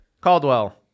Caldwell